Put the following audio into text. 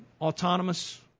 autonomous